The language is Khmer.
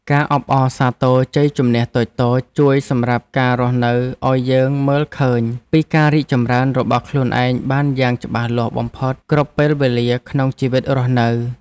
ការអបអរសាទរជ័យជម្នះតូចៗជួយសម្រាប់ការរស់នៅឱ្យយើងមើលឃើញពីការរីកចម្រើនរបស់ខ្លួនឯងបានយ៉ាងច្បាស់លាស់បំផុតគ្រប់ពេលវេលាក្នុងជីវិតរស់នៅ។